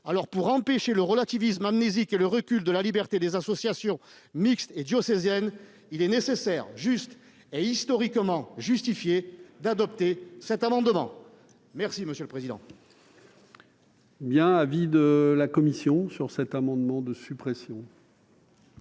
Pour empêcher le relativisme amnésique et le recul de la liberté des associations mixtes et diocésaines, il est nécessaire, juste et historiquement justifié d'adopter cet amendement. Quel est l'avis de